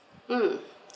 mm